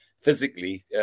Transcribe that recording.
physically